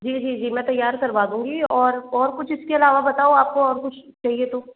जी जी जी मैं तैयार करवा दूंगी और और कुछ इसके अलावा बताओ आपको और कुछ चाहिए तो